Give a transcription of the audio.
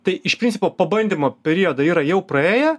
tai iš principo pabandymo periodą yra jau praėję